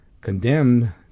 condemned